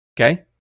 okay